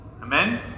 Amen